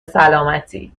سالمتی